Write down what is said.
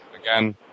Again